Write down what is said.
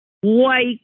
white